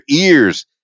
ears